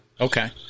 Okay